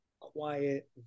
quiet